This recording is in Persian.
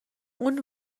اون